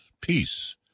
Peace